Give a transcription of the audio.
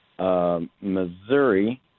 Missouri